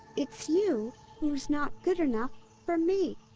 it's you who's not good enough for me!